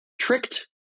tricked